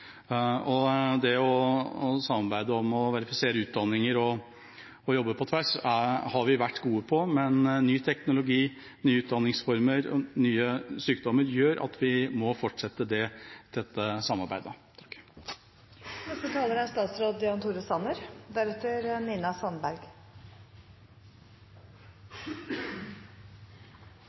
helse. Det å samarbeide om å verifisere utdanninger og jobbe på tvers har vi vært gode på, men ny teknologi, nye utdanningsformer og nye sykdommer gjør at vi må fortsette dette samarbeidet.